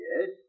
Yes